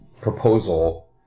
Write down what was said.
proposal